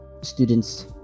students